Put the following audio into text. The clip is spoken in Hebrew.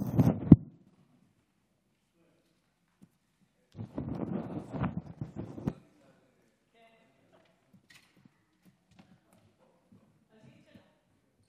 קֶטי